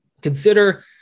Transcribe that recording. consider